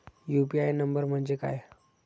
UPI number म्हणजे काय?